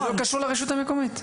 אז זה לא קשור לרשות המקומית.